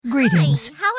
Greetings